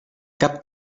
cap